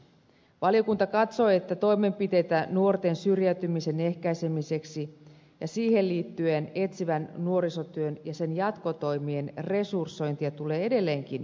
valiokunta katsoo että toimenpiteitä nuorten syrjäytymisen ehkäisemiseksi ja siihen liittyen etsivän nuorisotyön ja sen jatkotoimien resursointia tulee edelleenkin jatkaa